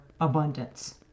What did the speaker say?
abundance